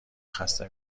خسته